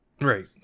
Right